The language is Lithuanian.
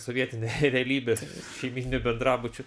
sovietinė realybė šeimyninių bendrabučių